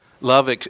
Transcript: Love